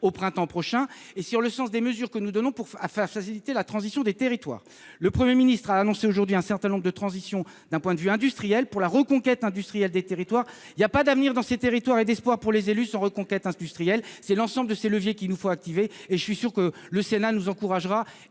prochain, sur le sens des mesures que nous prenons afin de faciliter la transition des territoires. Le Premier ministre a annoncé aujourd'hui un certain nombre de transitions pour la reconquête industrielle. Il n'y a pas d'avenir dans les territoires ni d'espoir pour les élus sans reconquête industrielle. C'est l'ensemble de ces leviers qu'il nous faut activer, et je suis sûr que le Sénat nous encouragera